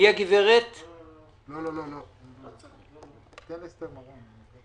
לא נשאר לי אלא להצטרף לקודמיי.